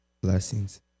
blessings